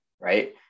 right